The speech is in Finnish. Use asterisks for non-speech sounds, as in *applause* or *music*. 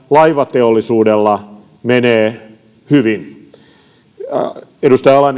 laivateollisuudella menee hyvin edustaja ala *unintelligible*